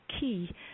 key